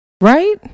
Right